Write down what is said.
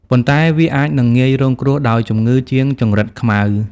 ប៉ុន្តែ វាអាចនឹងងាយរងគ្រោះដោយជំងឺជាងចង្រិតខ្មៅ។